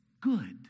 good